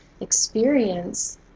experience